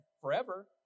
forever